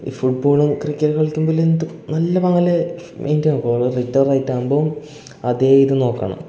E football cricket കളിക്കുമ്പോഴല്ലെ എന്ത് നല്ലപോലെ മെയിൻ്റെ ആക്കുവൊ ഓർ റിട്ടയറായിട്ടാകുമ്പോൽ അതേ ഇത് നോക്കണം